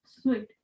sweet